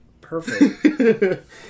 Perfect